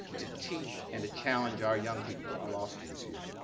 to teach, and to challenge our young people, our law students here.